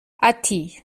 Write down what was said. ati